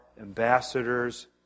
ambassadors